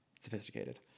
sophisticated